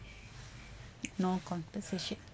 no compensation